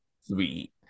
Sweet